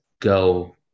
go